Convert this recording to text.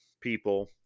people